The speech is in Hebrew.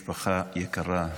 משפחה יקרה,